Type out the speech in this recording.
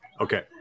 Okay